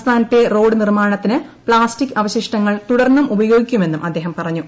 സംസ്ഥാനത്തെ റോഡ് നിർമ്മാണത്തിന് പ്ലാസ്റ്റിക് അവശിഷ്ടങ്ങൾ തുടർന്നും ഉപയോഗിക്കുമെന്നും അദ്ദേഹം പറഞ്ഞു